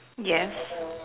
yes